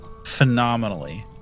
phenomenally